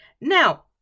Now